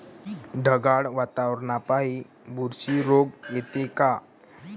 ढगाळ वातावरनापाई बुरशी रोग येते का?